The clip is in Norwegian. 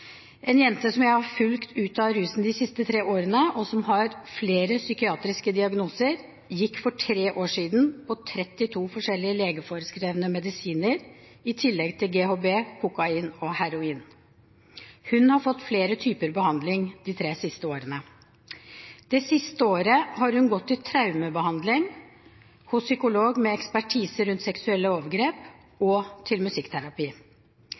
En jente som jeg har fulgt ut av rusen de siste tre årene, og som har flere psykiatriske diagnoser, gikk for tre år siden på 32 forskjellige legeforeskrevne medisiner i tillegg til GHB, kokain og heroin. Hun har fått flere typer behandling de tre siste årene. Det siste året har hun gått til traumebehandling, hos psykolog med ekspertise på seksuelle overgrep og til musikkterapi.